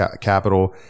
capital